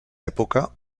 època